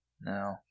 No